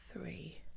three